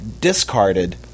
discarded